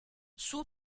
suo